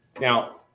now